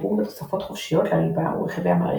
שדרוג ותוספות חופשיות לליבה ורכיבי המערכת,